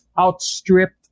outstripped